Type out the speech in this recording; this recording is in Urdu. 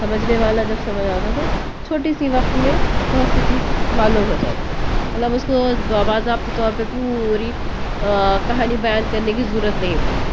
سمجھنے والا جب سمجھ آتا ہے تو چھوٹی سی وقت میں بہت سی چیز معلوم ہوجاتی ہے مطلب اس کو جو آواز آپ کی پوری کہانی بیان کرنے کی ضرورت نہیں پڑتی